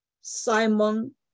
Simon